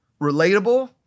relatable